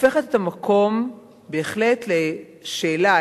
הופכת את המקום בהחלט לשאלה,